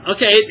Okay